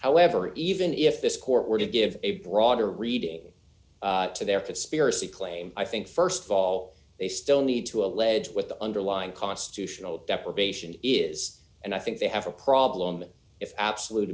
however even if this court were to give a broader reading to their conspiracy claim i think st of all they still need to allege with the underlying constitutional deprivation is and i think they have a problem if absolute